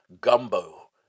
gumbo